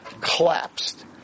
collapsed